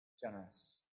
generous